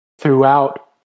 throughout